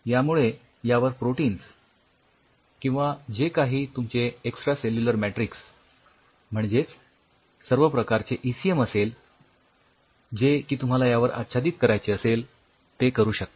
यामुळे यावर प्रोटिन्स किंवा जे काही तुमचे एक्सट्रासेल्युलर मॅट्रिक्स म्हणजेच सर्व प्रकारचे ईसीएम असेल जे की तुम्हाला यावर आच्छादित करायचे असेल ते करू शकता